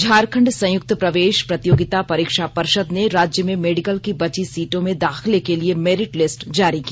झारखंड संयुक्त प्रवेश प्रतियोगिता परीक्षा पर्षद ने राज्य में मेडिकल की बची सीटों में दाखिले के लिए मेरिट लिस्ट जारी की